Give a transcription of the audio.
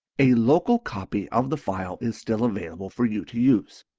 a local copy of the file is still available for you to use.